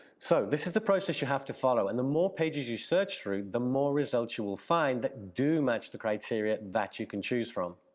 so this is the process you have to follow and the more pages you search through, the more results you will find that do match the criteria that you can choose from.